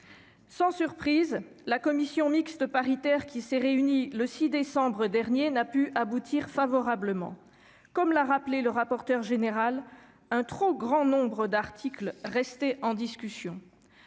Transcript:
Sans surprise, la commission mixte paritaire qui s'est réunie le 6 décembre dernier n'a pas été conclusive. Ainsi que l'a rappelé le rapporteur général, un trop grand nombre d'articles restaient en discussion.